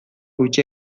gutxi